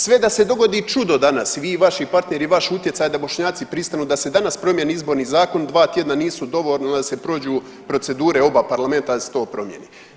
Sve da se dogodi čudo danas, vi i vaši partneri i vaš utjecaj da Bošnjaci pristanu da se danas promijeni Izborni zakon 2 tjedna nisu dovoljna da se prođu procedure oba parlamenta da se to promijeni.